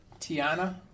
Tiana